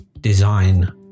design